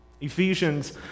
Ephesians